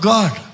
God